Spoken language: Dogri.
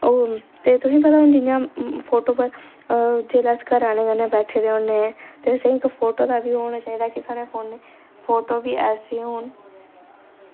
ते होर तुसें पता हून जियां फोटो पर जेल्लै अस घर आह्लें कन्नै बैठे दे होन्ने ते असें इक फोटो दा बी होना चाहिदा कि साढ़े फोने फोटो बी ऐसे होन